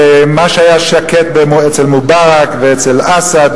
למה שהיה שקט אצל מובארק ואצל אסד,